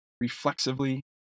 reflexively